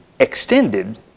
extended